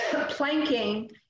planking